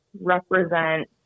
represent